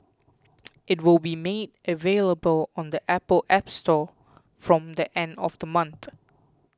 it will be made available on the Apple App Store from the end of the month